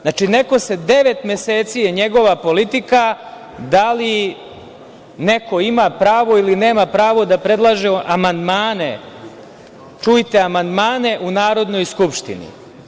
Znači, devet meseci je njegova politika da li neko ima pravo ili nema pravo da predlaže amandmane u Narodnoj skupštini.